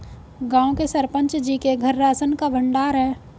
गांव के सरपंच जी के घर राशन का भंडार है